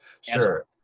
Sure